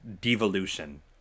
devolution